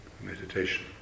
meditation